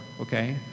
okay